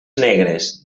negres